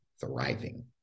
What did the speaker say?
thriving